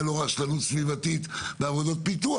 לא על רשלנות סביבתית בעבודות פיתוח.